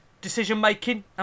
decision-making